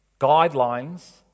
guidelines